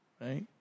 right